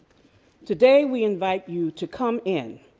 today we invite you to come in.